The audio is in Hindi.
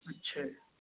अच्छा